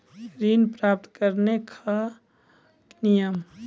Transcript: ऋण प्राप्त करने कख नियम?